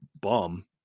bum